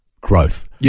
growth